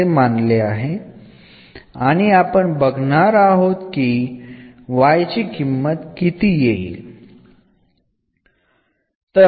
എന്ന് അനുമാനിച്ചതിൽ നിന്ന് നമുക്ക് എന്ന് എഴുതാം